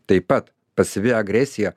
taip pat pasyvi agresija